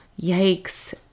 yikes